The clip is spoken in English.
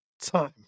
time